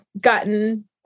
gotten